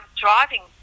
driving